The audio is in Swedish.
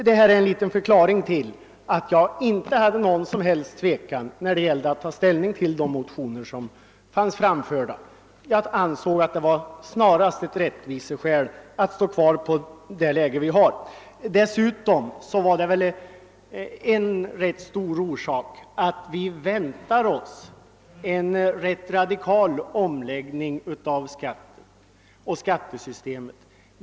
Detta är en liten förklaring till att jag inte hyser någon som helst tvekan när det gäller att ta ställning till de motioner som framförts. Jag ansåg det snarast vara ett rättvisekrav att låta nuvarande avdragsbelopp stå kvar. Ett rätt betydelsefullt skäl till mitt ställningstagande var dessutom att vi väntar oss en ganska radikal omläggning av skattesystemet.